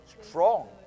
strong